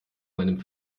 meinem